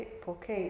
porque